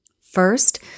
First